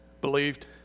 believed